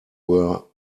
were